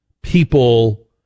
people